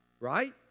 Right